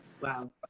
Wow